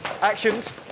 actions